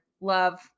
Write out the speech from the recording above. Love